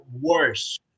worse